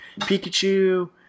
Pikachu